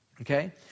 okay